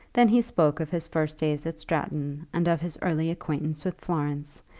then he spoke of his first days at stratton and of his early acquaintance with florence,